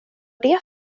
det